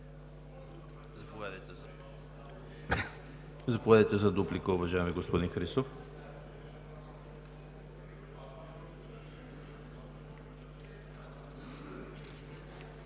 Заповядайте за дуплика, уважаеми господин Христов.